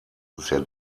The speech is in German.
sehr